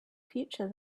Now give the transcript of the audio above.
future